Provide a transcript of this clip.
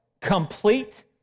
complete